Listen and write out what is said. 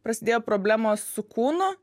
prasidėjo problemos su kūnu